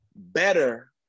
better